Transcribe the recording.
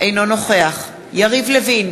אינו נוכח יריב לוין,